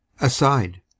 Aside